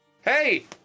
Hey